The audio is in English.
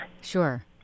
Sure